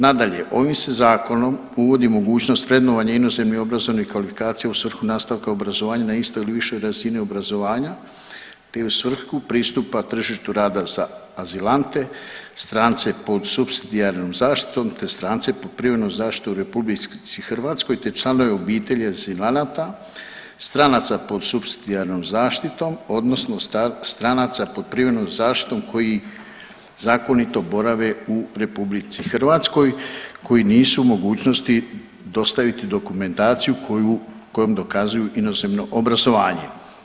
Nadalje, ovim se zakonom uvodi mogućnost vrednovanja inozemne obrazovne kvalifikacije u svrhu nastavka obrazovanja na istoj ili višoj razini obrazovanja te i u svrhu pristupa tržišta rada za azilante, strance pod supsidijarnom zaštitom, te strance pod privremenom zaštitom u RH te članove obitelji azilanata, stranaca pod supsidijarnom zaštitom odnosno stranaca pod privremenom zaštitom koji zakonito borave u RH koji nisu u mogućnosti dostaviti dokumentaciju kojom dokazuju inozemno obrazovanje.